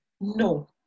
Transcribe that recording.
no